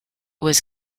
was